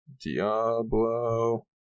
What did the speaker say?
Diablo